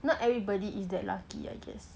not everybody is that lucky I guess